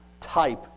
type